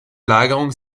lagerung